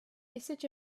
usage